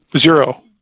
Zero